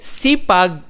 sipag